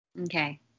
Okay